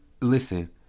Listen